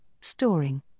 storing